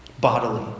Bodily